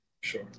sure